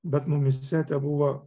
bet mumyse tebuvo